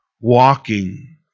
walking